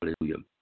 Hallelujah